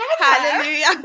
Hallelujah